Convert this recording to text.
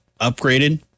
upgraded